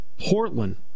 Portland